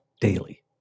daily